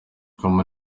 com